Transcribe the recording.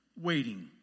waiting